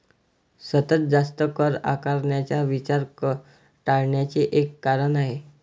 सतत जास्त कर आकारण्याचा विचार कर टाळण्याचे एक कारण आहे